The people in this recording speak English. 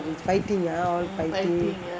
fighting ah all fighting